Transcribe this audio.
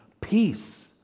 peace